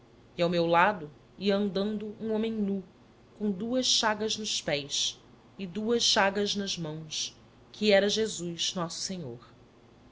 e ao meu lado ia andando um homem nu com duas chagas nos pés e duas chagas nas mãos que era jesus nosso senhor